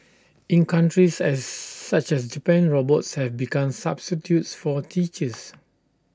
in countries as such as Japan robots have become substitutes for teachers